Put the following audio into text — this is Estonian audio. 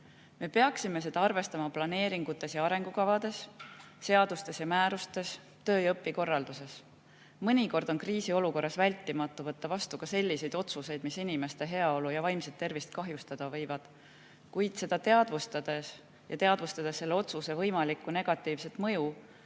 Me peaksime seda arvestama planeeringutes ja arengukavades, seadustes ja määrustes, töö‑ ja õpikorralduses. Mõnikord on kriisiolukorras vältimatu võtta vastu ka selliseid otsuseid, mis inimeste heaolu ja vaimset tervist kahjustada võivad. Kuid seda teadvustades ja teadvustades selle otsuse võimalikku negatiivset mõju,